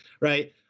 Right